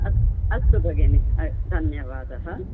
अस्तु अस्तु भगिनी धन्यवाद